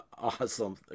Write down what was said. Awesome